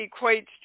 equates